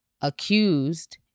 accused